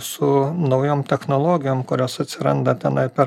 su naujom technologijom kurios atsiranda tenai per